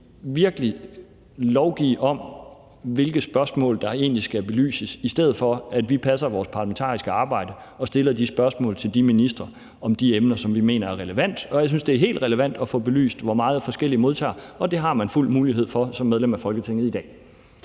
virkelig skal lovgive om, hvilke spørgsmål der egentlig skal belyses, i stedet for at vi passer vores parlamentariske arbejde og stiller de spørgsmål til de ministre om de emner, som vi mener er relevante. Og jeg synes, det er helt relevant at få belyst, hvor meget de forskellige modtager, og det har man fuld mulighed for i dag som medlem af Folketinget. Kl.